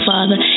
Father